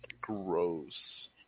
Gross